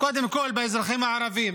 קודם כול באזרחים הערבים